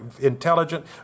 intelligent